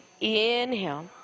Inhale